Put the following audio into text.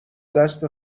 دست